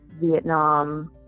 vietnam